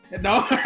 No